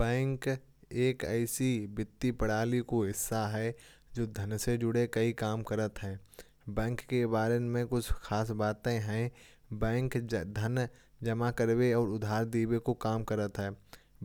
बैंक एक ऐसी वित्तीय प्रणाली का हिस्सा है जो धन से जुड़े कई काम करता है। बैंक के बारे में कुछ खास बातें हैं बैंक धन जमा करने और उधार देने का काम करता है।